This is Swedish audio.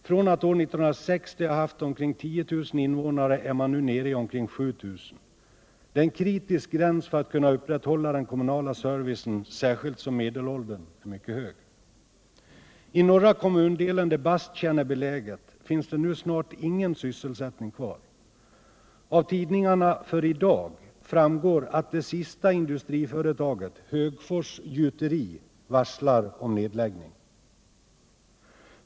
Från att år 1960 ha haft omkring 10000 invånare är kommunen nu nere i omkring 7 000. Det är en kritisk gräns då det gäller att upprätthålla den kommunala servicen, särskilt som medelåldern är mycket I den norra kommundelen, där Basttjärn är beläget, finns det nu snart ingen sysselsättning kvar. Av tidningarna för i dag framgår att det sista industriföretaget, Högfors gjuteri, varslar om nedläggning.